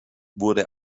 wurde